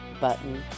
button